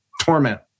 torment